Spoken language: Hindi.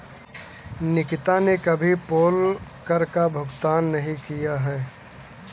निकिता ने कभी पोल कर का भुगतान नहीं किया है